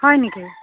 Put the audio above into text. হয় নেকি